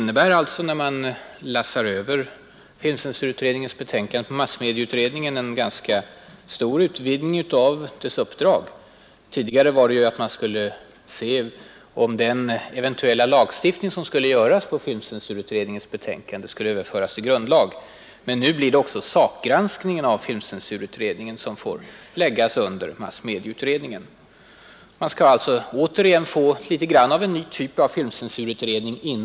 Herr talman! När man lassar över filmcensurutred ningens betänkande på massmedieutredningen betyder det en ganska stor utvidgning av dess uppdrag. Tidigare var det ju så att man skulle se om den eventuella lagstiftning, som skulle göras på filmcensurutredningens betänkande, skulle överföras till grundlag. Men nu blir det också en sakgranskning av filmcensurutredningen som skall läggas under massmedieutredningen. Man skall alltså återigen få en sorts filmcensurutredning inom massmedie utredningen.